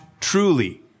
truly